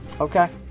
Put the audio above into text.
Okay